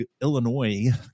Illinois